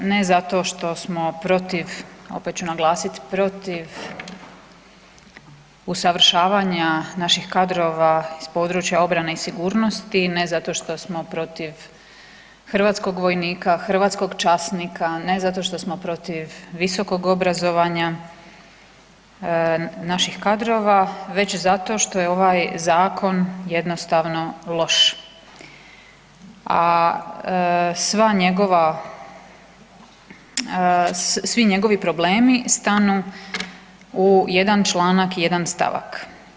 Ne zato što smo protiv opet ću naglasiti protiv usavršavanja naših kadrova iz području obrane i sigurnosti, ne zato što smo protiv hrvatskog vojnika, hrvatskog časnika, ne zato što smo protiv visokog obrazovanja naših kadrova, već zato što je ovaj Zakon jednostavno loš, a svi njegovi problemi stanu u jedan članak i jedan stavak.